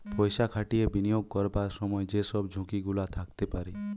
পয়সা খাটিয়ে বিনিয়োগ করবার সময় যে সব ঝুঁকি গুলা থাকতে পারে